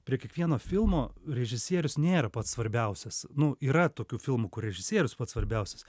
prie kiekvieno filmo režisierius nėra pats svarbiausias nu yra tokių filmų kur režisierius pats svarbiausias